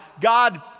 God